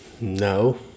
No